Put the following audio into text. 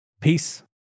Peace